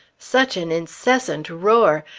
such an incessant roar!